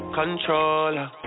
controller